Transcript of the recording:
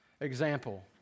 example